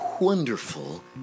Wonderful